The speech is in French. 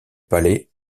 palais